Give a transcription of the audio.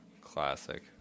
Classic